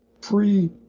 pre